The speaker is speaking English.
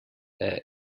there